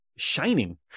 shining